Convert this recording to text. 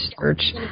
search